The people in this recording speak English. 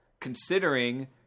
considering